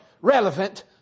relevant